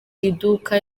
iduka